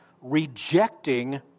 rejecting